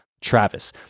Travis